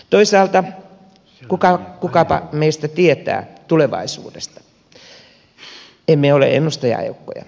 toisaalta kukapa meistä tietää tulevaisuudesta emme ole ennustajaeukkoja